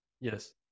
Yes